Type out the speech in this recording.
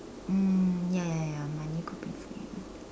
mm ya ya ya money could be free